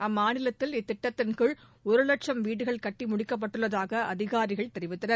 அம்மாநிலத்தில் இத்திட்டத்தின் கீழ் ஒரு வட்சம் வீடுகள் கட்டி முடிக்கப்பட்டுள்ளதாக அதிகாரிகள் தெரிவித்தனர்